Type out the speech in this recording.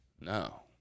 No